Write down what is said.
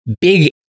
big